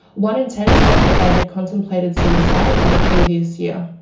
one in ten said that they had contemplated suicide in the previous year.